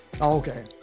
Okay